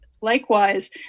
likewise